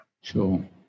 Sure